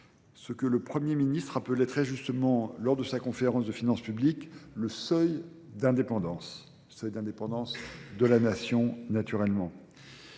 ce que le Premier ministre appelait très justement, lors de sa conférence de finances publiques, le seuil d'indépendance, le seuil d'indépendance de la nation naturellement.